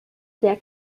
sehr